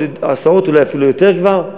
אולי אפילו יותר כבר,